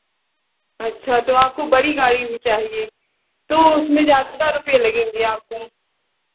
अच्छा तो आपको बड़ी गाड़ी भी चाहिए तो उसमें ज़्यादा रुपये लगेंगे आपको